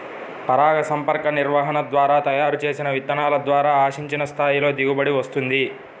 పరాగసంపర్క నిర్వహణ ద్వారా తయారు చేసిన విత్తనాల ద్వారా ఆశించిన స్థాయిలో దిగుబడి వస్తుంది